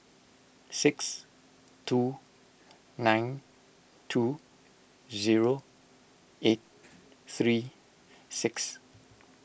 six two nine two zero eight three six